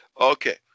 Okay